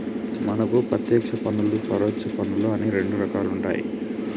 మనకు పత్యేక్ష పన్నులు పరొచ్చ పన్నులు అని రెండు రకాలుంటాయి